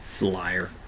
Liar